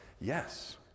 yes